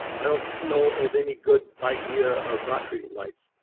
i don't know of any good idea of not treating mites.